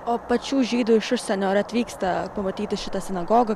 o pačių žydų iš užsienio ar atvyksta pamatyti šitą sinagogą